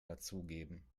dazugeben